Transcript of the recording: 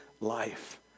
life